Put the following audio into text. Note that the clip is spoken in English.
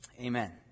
amen